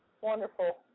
wonderful